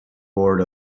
board